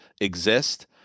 exist